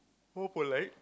hopefully